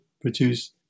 produce